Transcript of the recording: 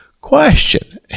question